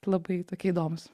labai tokie įdomūs